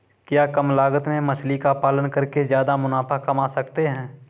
क्या कम लागत में मछली का पालन करके ज्यादा मुनाफा कमा सकते हैं?